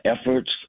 efforts